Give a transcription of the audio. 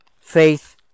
faith